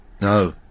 No